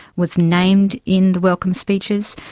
was named in the welcome speeches.